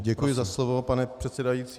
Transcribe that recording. Děkuji za slovo, pane předsedající.